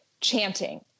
chanting